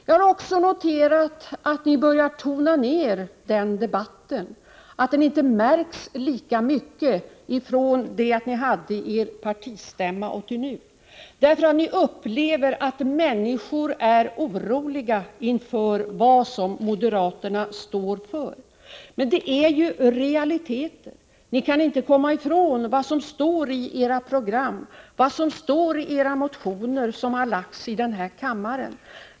Jag har också noterat att ni moderater börjar tona ned denna debatt — den märks inte lika mycket nu som när ni hade er partistämma. Ni upplever nämligen att människor är oroliga inför det som moderaterna står för. Men det är realiteter — ni kan inte komma ifrån vad som står i era program och i de motioner som ni har väckt i riksdagen.